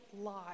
lie